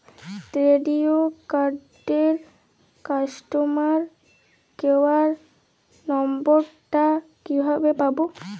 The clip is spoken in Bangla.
ক্রেডিট কার্ডের কাস্টমার কেয়ার নম্বর টা কিভাবে পাবো?